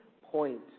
point